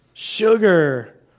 Sugar